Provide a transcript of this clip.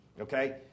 Okay